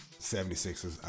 76ers